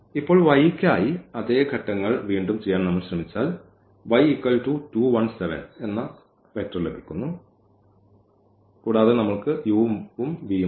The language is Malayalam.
ഇപ്പോൾ y യ്ക്കായി അതേ ഘട്ടങ്ങൾ വീണ്ടും ചെയ്യാൻ നമ്മൾ ശ്രമിച്ചാൽ ഇപ്പോൾ y 2 1 7 കൂടാതെ നമ്മൾക്ക് ഈ u ഉം v ഉം ഉണ്ട്